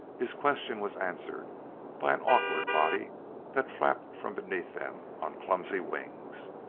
his question was answered by an awkward body that flapped from beneath them on clumsy wings.